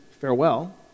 farewell